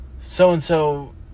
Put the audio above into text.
so-and-so